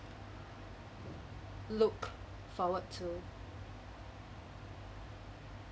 look forward to